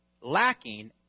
lacking